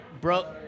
bro